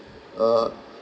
uh